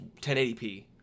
1080p